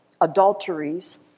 adulteries